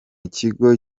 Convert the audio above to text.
kigo